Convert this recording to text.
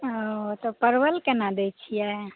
ओ तऽ परवल केना दैत छियै